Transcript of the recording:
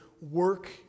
work